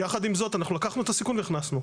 יחד עם זאת, אנחנו לקחנו את הסיכון והכנסנו.